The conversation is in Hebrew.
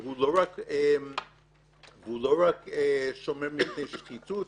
הוא לא רק שומר מפני שחיתות.